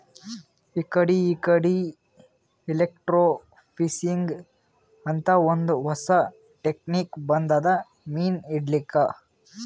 ಇಕಡಿ ಇಕಡಿ ಎಲೆಕ್ರ್ಟೋಫಿಶಿಂಗ್ ಅಂತ್ ಒಂದ್ ಹೊಸಾ ಟೆಕ್ನಿಕ್ ಬಂದದ್ ಮೀನ್ ಹಿಡ್ಲಿಕ್ಕ್